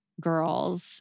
girls